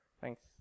Thanks